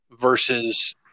versus